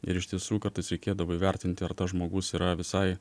ir iš tiesų kartais reikėdavo įvertinti ar tas žmogus yra visai